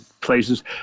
places